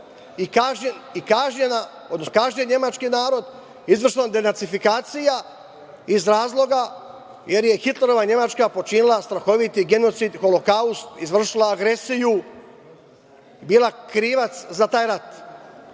i kažnjen nemački narod, izvršena denacifikacija, iz razloga što je Hitlerova Nemačka počinila strahovit genocid, Holokaust, izvršila agresiju, bila krivac za taj rat. Šta